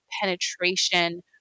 penetration